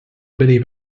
believe